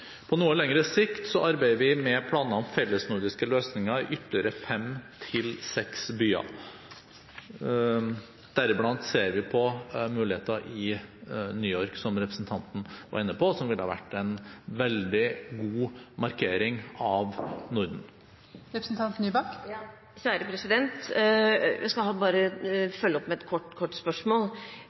På noe lengre sikt arbeider vi med planer om fellesnordiske løsninger i ytterligere fem–seks byer, deriblant ser vi på muligheter i New York, som representanten var inne på, som ville ha vært en veldig god markering av Norden. Jeg vil bare følge opp med et kort spørsmål: